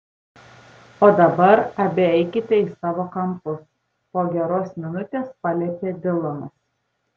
o dabar abi eikite į savo kampus po geros minutės paliepė dilanas